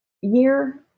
year